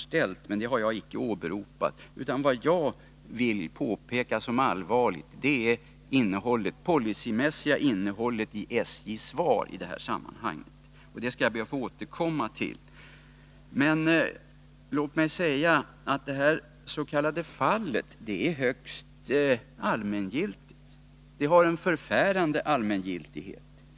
Det jag vill peka på såsom allvarligt är det policymässiga innehållet i SJ:s svar i det här sammanhanget, och det skall jag be att få återkomma till. Men låt mig säga att det här s.k. fallet är högst allmängiltigt. Det har en förfärande allmängiltighet.